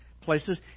places